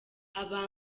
aba